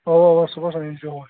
اَوا اَوا صُبحس أنۍزِہوٗکھ